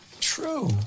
true